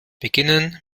beginnen